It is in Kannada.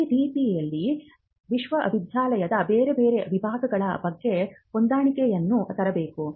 ಈ ನೀತಿಯು ವಿಶ್ವವಿದ್ಯಾಲಯದ ಬೇರೆ ಬೇರೆ ವಿಭಾಗಗಳ ಮಧ್ಯೆ ಹೊಂದಾಣಿಕೆಯನ್ನು ತರಬೇಕು